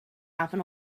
happen